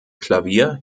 klavier